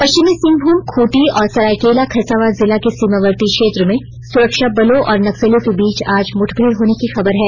पश्चिमी सिंहभूम खूंटी और सरायकेला खरसावां जिला के सीमावर्ती क्षेत्र में सुरक्षा बलों और नक्सलियों के बीच आज मुठभेड़ होने की खबर है